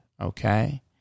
okay